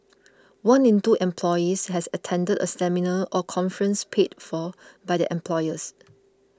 one in two employees had attended a seminar or conference paid for by their employers